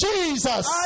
Jesus